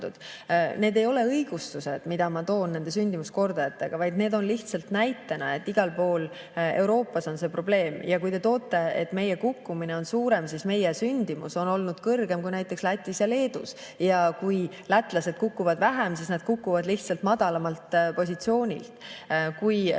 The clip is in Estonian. ei ole õigustused, mida ma toon välja nende sündimuskordajatega. Need on lihtsalt näited, et igal pool Euroopas on see probleem. Kui te [ütlete], et meie kukkumine on suurem, siis meie sündimus on olnud kõrgem kui näiteks Lätis ja Leedus. Ja kui lätlased kukuvad vähem, siis nad kukuvad madalamalt positsioonilt, kui